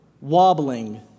wobbling